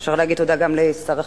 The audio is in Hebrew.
אפשר להגיד תודה גם לשר החינוך,